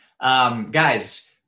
Guys